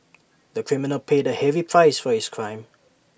the criminal paid A heavy price for his crime